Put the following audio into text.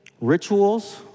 rituals